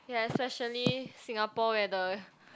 ya especially Singapore weather